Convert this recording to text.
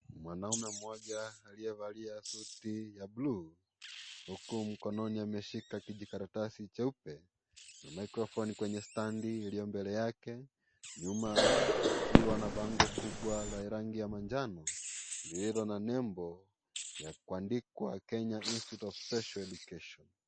Mwanaume mmoja aliyevalia suti ya(cs)blue(cs), huku mkononi ameshika kijikaratasi cheupe, na maikrofoni kwenye standi ilio mbee yake, nyuma pakiwa na bango kubwa la rangi ya manjano, lililo na nembo ya kwandikwa, (cs)Kenya Institute os Special Education (cs).